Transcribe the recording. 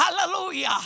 hallelujah